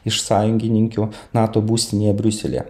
iš sąjungininkių nato būstinėje briuselyje